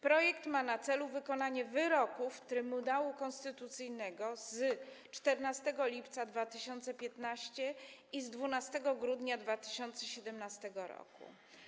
Projekt ma na celu wykonanie wyroków Trybunału Konstytucyjnego z 14 lipca 2015 r. i z 12 grudnia 2017 r.